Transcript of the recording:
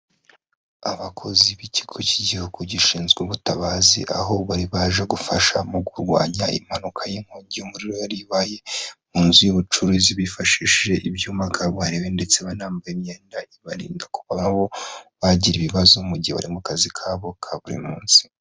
Abakozi b'ikigo cy'igihugu gishinzwe ubutabazi, aho bari baje gufasha mu kurwanya impanuka y'inkongi umuriro, yari ibaye mu nzu y'ubucuruzi bifashishije ibyuma barebe ndetse banambaye imyenda ibarinda kuba bagira ibibazo, mu gihe bari mu kazi kabo ka buri munsi.